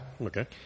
Okay